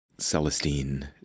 Celestine